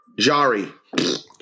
Jari